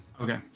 Okay